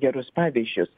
gerus pavyzdžius